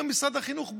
אומר משרד החינוך בהבנה: